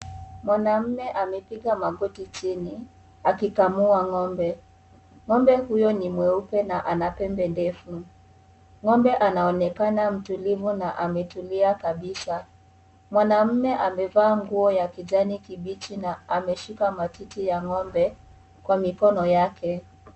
Mwanaume amepiga magoti chini, akikamua ng'ombe.Ng'ombe huyo ni mweupe na ana pembe ndefu.Ng'ombe anaonekana mtulivu na ametulia kabisa. Mwanaume amevaa nguo ya kijani kibichi na ameshika matiti ya ng'ombe kwa mikono yake.